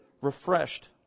refreshed